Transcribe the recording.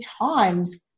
times